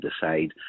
decide